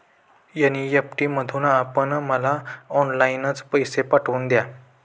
NEFT मधून आपण मला ऑनलाईनच पैसे पाठवून द्या